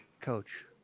coach